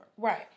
Right